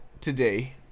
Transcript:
today